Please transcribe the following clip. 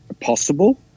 possible